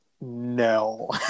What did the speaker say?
No